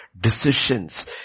decisions